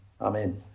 Amen